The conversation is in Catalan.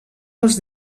dels